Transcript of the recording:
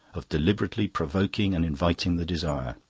of deliberately provoking and inviting the desire.